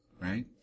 right